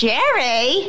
Jerry